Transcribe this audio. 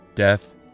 death